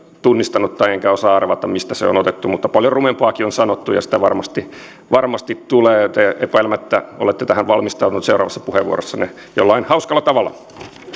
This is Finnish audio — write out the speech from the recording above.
tunnistanut enkä osaa arvata mistä se on otettu paljon rumempaakin on sanottu ja sitä varmasti varmasti tulee te epäilemättä olette tähän valmistautunut seuraavassa puheenvuorossanne jollain hauskalla tavalla